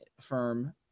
firm